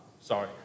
sorry